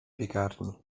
piekarni